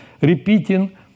repeating